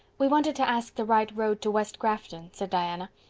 we wanted to ask the right road to west grafton, said diana.